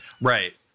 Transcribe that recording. Right